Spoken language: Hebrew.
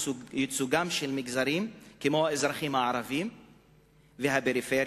מגזרים כמו האזרחים הערבים והפריפריה,